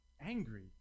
angry